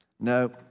No